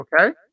Okay